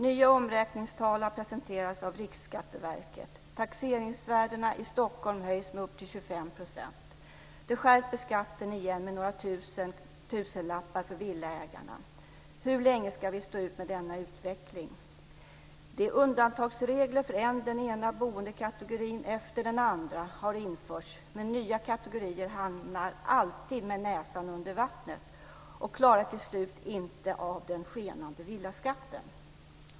Nya omräkningstal har presenterats av Riksskatteverket. Taxeringsvärdena i Stockholm höjs med upp till 25 %. Det skärper skatten igen med några tusenlappar för villaägarna. Hur länge ska vi stå ut med denna utveckling? Undantagsregler har införts för än den ena boendekategorin, än den andra. Men nya kategorier hamnar alltid med näsan under vattnet och klarar till slut inte av den skenande villaskatten.